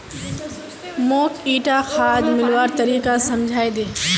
मौक ईटा खाद मिलव्वार तरीका समझाइ दे